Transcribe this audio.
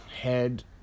Head